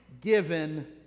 given